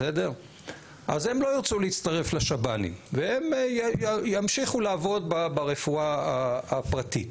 אז הם לא ירצו להצטרף לשב"נים והם ימשיכו לעבוד ברפואה הפרטית,